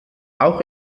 auch